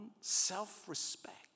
self-respect